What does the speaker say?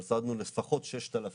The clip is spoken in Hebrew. אבל שמנו לפחות 6,000